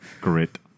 great